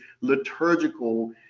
liturgical